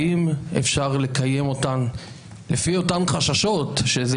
האם אפשר לקיים אותן לפי אותם חששות שזה